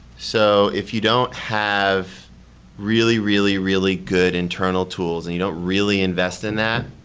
so if you don't have really, really, really good internal tools and you don't really invest in that,